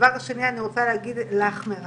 דבר שני, אני רוצה להגיד לך, מירב: